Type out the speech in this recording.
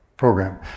Program